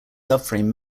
subframe